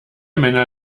männer